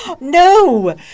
No